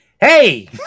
Hey